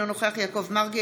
אינו נוכח יעקב מרגי,